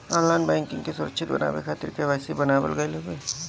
online banking के सुरक्षित बनावे खातिर के.वाई.सी बनावल गईल हवे